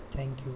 thank you